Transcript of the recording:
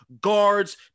guards